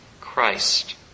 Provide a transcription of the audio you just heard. Christ